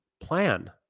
plan